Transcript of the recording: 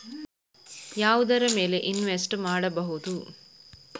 ಯಾವುದರ ಮೇಲೆ ಇನ್ವೆಸ್ಟ್ ಮಾಡಬಹುದು?